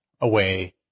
Away